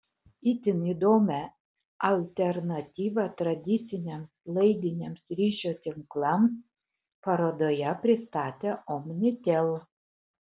itin įdomią alternatyvą tradiciniams laidiniams ryšio tinklams parodoje pristatė omnitel